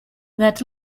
that